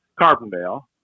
Carbondale